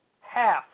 half